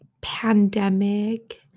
pandemic